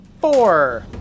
Four